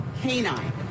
canine